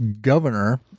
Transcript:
governor